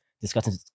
discussing